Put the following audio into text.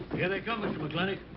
here they come, mr. mclintock.